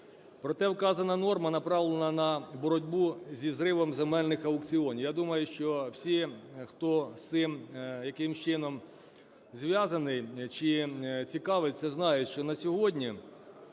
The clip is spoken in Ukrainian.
Проте вказана норма направлена на боротьбу зі зривом земельних аукціонів. Я думаю, що всі, хто з цим якимось чином зв'язаний чи цікавиться, знає, що на сьогодні